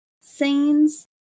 scenes